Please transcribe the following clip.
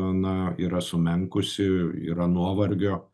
na yra sumenkusi yra nuovargio